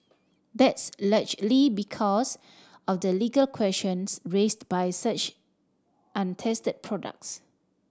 that's largely because of the legal questions raised by such untested products